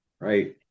right